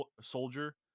Soldier